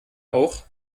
auch